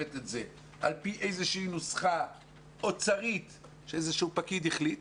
את זה על פי איזושהי נוסחה אוצרית שאיזשהו פקיד החליט,